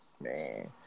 man